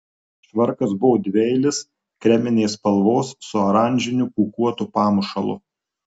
švarkas buvo dvieilis kreminės spalvos su oranžiniu pūkuotu pamušalu